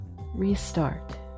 restart